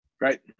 Right